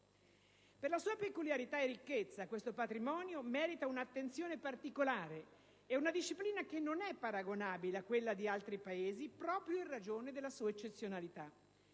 Per la sua peculiarità e ricchezza, questo patrimonio merita un'attenzione particolare e una disciplina che non è paragonabile a quella di altri Paesi proprio in ragione della sua eccezionalità.